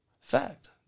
Fact